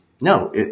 No